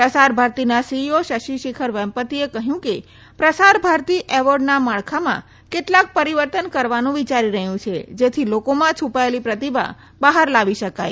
પ્રસાર ભારતીના સીઇઓ શશી શેખર વેંપતીએ કહયું કે પ્રસાર ભારતી એવોર્ડના માળખામાં કેટલાક પરીવર્તન કરવાની વિયારી રહ્યું છે જેથી લોકોમાં છુપાયેલી પ્રતિભા બહાર લાવી શકાય